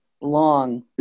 long